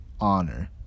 honor